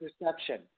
perception